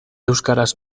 euskaraz